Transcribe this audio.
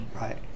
Right